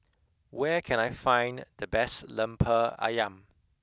where can I find the best Lemper Ayam